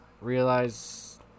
realize